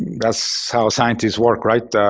that's how scientists work, right?